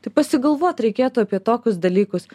tai pasigalvot reikėtų apie tokius dalykus